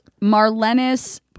Marlenis